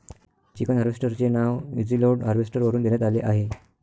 chicken harvester चे नाव easy load harvester वरून देण्यात आले आहे